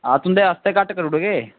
आं तुंदे बास्तै घट्ट करी ओड़गे